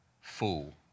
fool